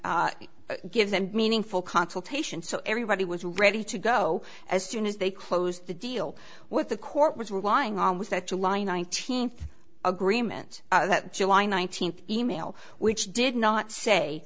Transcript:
give them meaningful consultation so everybody was ready to go as soon as they closed the deal with the court was relying on was that july nineteenth agreement that july nineteenth e mail which did not say